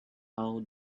how